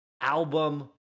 album